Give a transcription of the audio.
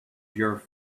your